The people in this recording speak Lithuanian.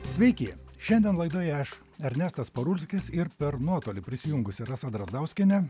sveiki šiandien laidoje aš ernestas parulskis ir per nuotolį prisijungusi rasa drazdauskienė